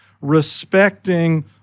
respecting